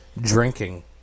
drinking